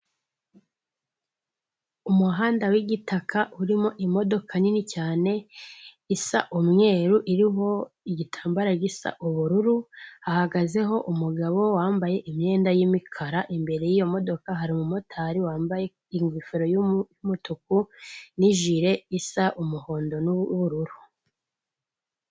Umuhanda w'igitaka urimo imodoka nini cyane isa umweru iriho igitambaro gisa ubururu, hahagazeho umugabo wambaye imyenda y'imikara, imbere y'iyo modoka hari umumotari wambaye ingofero y'umutuku n'ijire isa umuhondo n'ubururu.